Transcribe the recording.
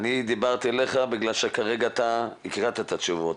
דיברתי אליך בגלל שכרגע אתה הקראת את התשובות,